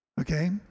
Okay